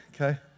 okay